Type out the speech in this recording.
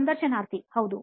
ಸಂದರ್ಶನಾರ್ಥಿ ಹೌದು